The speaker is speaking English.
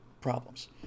problems